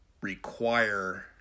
require